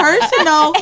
Personal